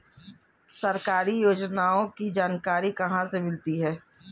सरकारी योजनाओं की जानकारी कहाँ से मिलती है?